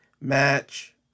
match